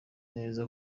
neza